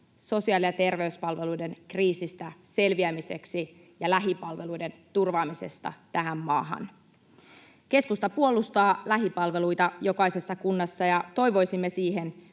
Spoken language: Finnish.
sosiaali- ja terveyspalveluiden kriisistä selviämiseksi ja lähipalveluiden turvaamisesta tähän maahan. Keskusta puolustaa lähipalveluita jokaisessa kunnassa, ja toivoisimme siihen